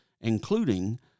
including